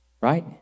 right